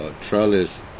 trellis